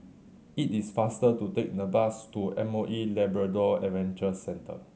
it is faster to take the bus to M O E Labrador Adventure Centre